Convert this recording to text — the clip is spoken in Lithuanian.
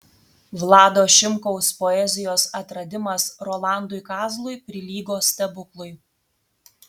vlado šimkaus poezijos atradimas rolandui kazlui prilygo stebuklui